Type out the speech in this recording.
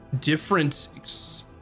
different